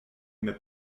mes